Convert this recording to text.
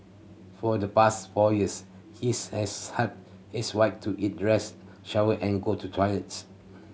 for the past four years he's has helped his wife to eat dress shower and go to toilet